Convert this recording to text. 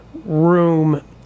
Room